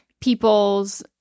people's